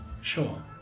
Sure